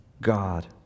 God